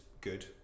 good